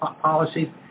policy